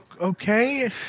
okay